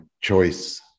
choice